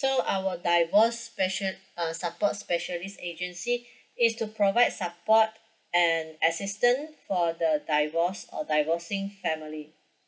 so our divorce specia~ uh support specialist agency is to provide support and assistant for the divorce or divorcing family